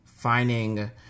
finding